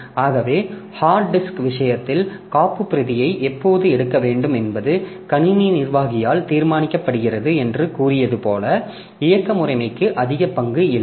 ஆகவே hard disk விஷயத்தில் காப்புப்பிரதியை எப்போது எடுக்க வேண்டும் என்பது கணினி நிர்வாகியால் தீர்மானிக்கப்படுகிறது என்று கூறியது போல இயக்க முறைமைக்கு அதிக பங்கு இல்லை